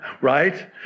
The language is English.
right